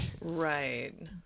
Right